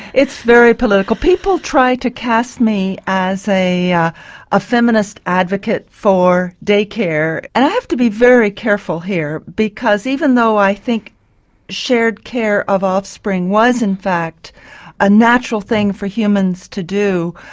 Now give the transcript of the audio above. it's very political. people try to cast me as a yeah a feminist advocate for daycare and i have to be very careful here because even though i think shared care of offspring was in fact a natural thing for humans to do,